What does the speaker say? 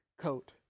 coat